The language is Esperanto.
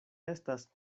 estas